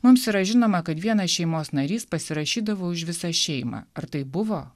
mums yra žinoma kad vienas šeimos narys pasirašydavo už visą šeimą ar tai buvo